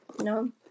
No